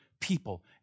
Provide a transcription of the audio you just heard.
people